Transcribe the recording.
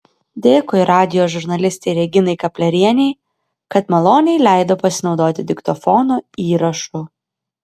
dėkui radijo žurnalistei reginai kaplerienei kad maloniai leido pasinaudoti diktofono įrašu